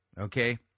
Okay